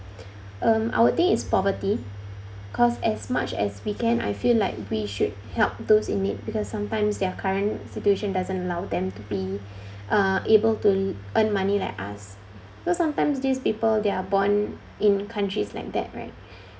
um I will think is poverty because as much as we can I feel like we should help those in need because sometimes their current situation doesn't allow them to be uh able to earn money like us because sometimes these people they're born in countries like that right